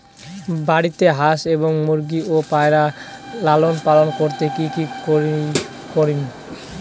বাড়িতে হাঁস এবং মুরগি ও পায়রা লালন পালন করতে কী কী করণীয়?